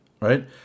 right